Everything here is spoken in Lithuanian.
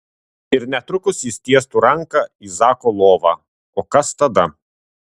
ir netrukus jis tiestų ranką į zako lovą o kas tada